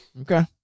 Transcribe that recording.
Okay